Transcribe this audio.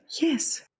Yes